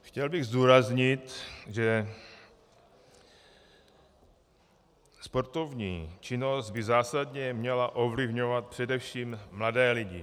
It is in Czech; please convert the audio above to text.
Chtěl bych zdůraznit, že sportovní činnost by zásadně měla ovlivňovat především mladé lidi.